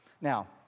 Now